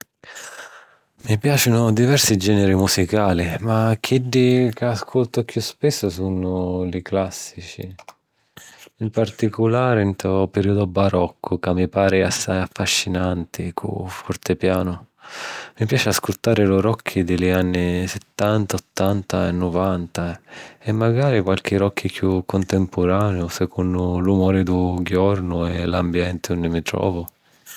Mi piaciunu diversi geniri musicali, ma chiddi ca ascultu chiù spissu sunnu li classici, ‘n particulari nto pirìudu baroccu, ca mi pari assai affascinanti, cu fortepiano. Mi piaci ascultari lu rockky di li anni sittanta, ottanta e nuvanta, e macari quarchi rockky chiù cuntimpuraniu, secunnu l’umuri du jornu e l’ambienti unni mi trovu.